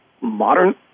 modern